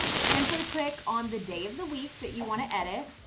simply click on the day of the week that you want to edit.